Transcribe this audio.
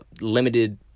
limited